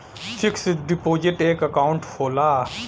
fix deposit एक account होला